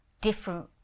different